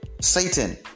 Satan